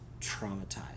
traumatized